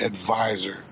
advisor